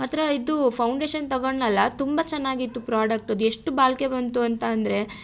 ಮಾತ್ರ ಇದು ಫೌಂಡೇಶನ್ ತಗೊಂಡ್ನಲ್ಲಾ ತುಂಬ ಚೆನ್ನಾಗಿತ್ತು ಪ್ರೋಡಕ್ಟ್ ಅದೆಷ್ಟು ಬಾಳಿಕೆ ಬಂತು ಅಂತ ಅಂದರೆ